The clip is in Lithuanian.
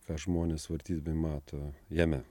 ką žmonės vartydami mato jame